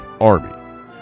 Army